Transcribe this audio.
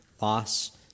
loss